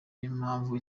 n’impamvu